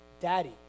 daddy